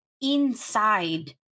inside